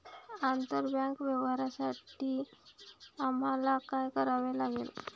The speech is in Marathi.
आंतरबँक व्यवहारांसाठी आम्हाला काय करावे लागेल?